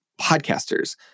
podcasters